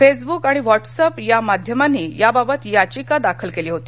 Facebook आणि WhatsApp या माध्यमांनी याबाबत याचिका दाखल केली होती